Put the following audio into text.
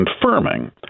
confirming